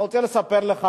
אני רוצה לספר לך,